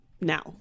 now